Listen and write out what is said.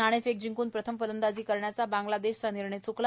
नाणेफेक जिंकुन पहिल्यांदा फलंदाजी करण्याचा बांगलादेशचा निर्णय चुकला